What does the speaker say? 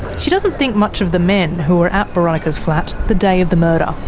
she doesn't think much of the men who were at boronika's flat the day of the murder.